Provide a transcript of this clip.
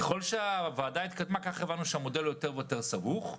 ככל שהוועדה התקדמה כך הבנו שהמודל הוא יותר ויותר סבוך.